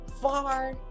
far